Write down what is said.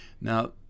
Now